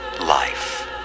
life